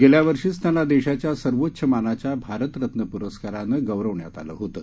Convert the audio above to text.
गेल्यावर्षीचं त्यांना देशाच्या सर्वोच्च मानाच्या भारतरत्न प्रस्कारानं गौरवण्यात आलं होतं